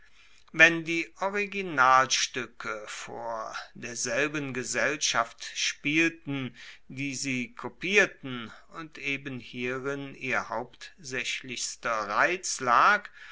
wenn die originalstuecke vor derselben gesellschaft spielten die sie kopierten und eben hierin ihr hauptsaechlichster reiz lag